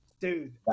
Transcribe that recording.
Dude